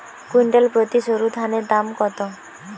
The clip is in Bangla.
কুইন্টাল প্রতি সরুধানের দাম কত?